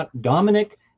dominic